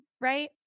right